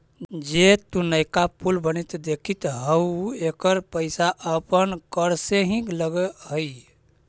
जे तु नयका पुल बनित देखित हहूँ एकर पईसा अपन कर से ही लग हई